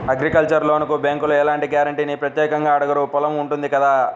agricultural లోనుకి బ్యేంకులు ఎలాంటి గ్యారంటీనీ ప్రత్యేకంగా అడగరు పొలం ఉంటుంది కదా